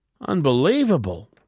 Unbelievable